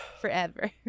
forever